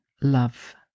love